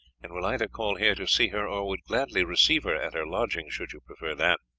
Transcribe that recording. and will either call here to see her or would gladly receive her at her lodging should you prefer that.